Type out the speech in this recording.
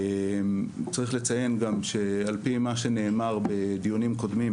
צריך לציין גם שעל פי מה שנאמר בדיונים קודמים,